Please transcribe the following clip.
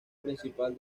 principal